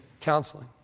counseling